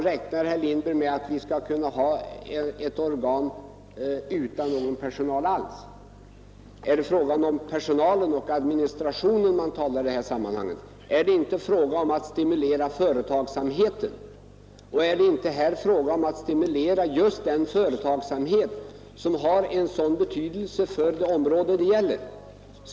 Räknar herr Lindberg med att vi skall kunna ha ett organ utan någon personal alls? Är det fråga om personal och administration i det här sammanhanget? Är det inte fråga om att stimulera företagsamheten, och är det inte fråga om att stimulera just den företagsamhet som har mycket stor betydelse och som det här gäller?